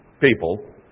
people